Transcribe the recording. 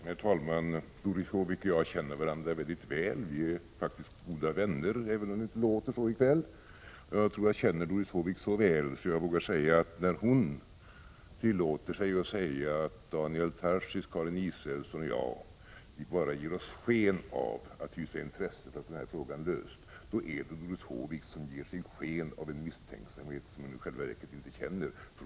Herr talman! Doris Håvik och jag känner varandra väldigt väl. Vi är faktiskt goda vänner, även om det inte låter så i kväll. Jag tror att jag känner Doris Håvik så väl att jag vågar påstå att när hon tillåter sig att säga att Daniel Tarschys, Karin Israelsson och jag bara ger sken av att visa intresse för att få den här frågan löst, då är det Doris Håvik som ger sken av en misstänksamhet som hon i själva verket inte känner.